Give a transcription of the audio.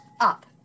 up